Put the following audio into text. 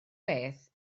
beth